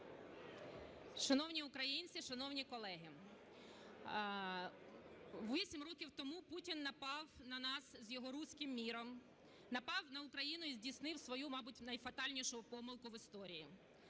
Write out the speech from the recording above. Шановні українці, шановні колеги! Вісім років тому Путін напав на нас з його "руським міром", напав на Україну і здійснив свою, мабуть, найфатальнішу помилку в історії.